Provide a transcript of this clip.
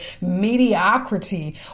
mediocrity